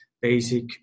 basic